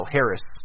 Harris